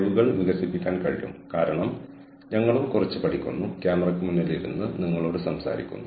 തങ്ങളുടെ ക്ലയന്റുകളെ നിലനിർത്താൻ അവർക്ക് ഉപയോഗിക്കാവുന്ന ഒരു തന്ത്രമാണിതെന്ന് ആരോ തീരുമാനിച്ചു